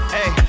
Hey